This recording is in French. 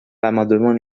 l’amendement